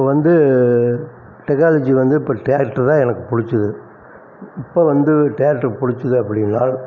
இப்போ வந்து டெக்னாலஜி வந்து இப்போ டிராக்டர் தான் எனக்கு பிடிச்சது இப்போ வந்து டிராக்டர் பிடிச்சது அப்படின்னால்